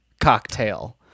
cocktail